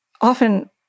often